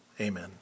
amen